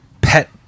pet